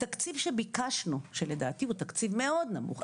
התקציב שביקשנו שלדעתי הוא תקציב מאוד נמוך,